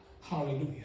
Hallelujah